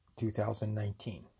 2019